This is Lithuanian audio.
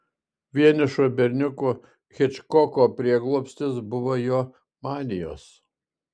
vienišo berniuko hičkoko prieglobstis buvo jo manijos